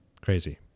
Crazy